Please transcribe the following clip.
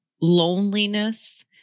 loneliness